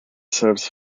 serves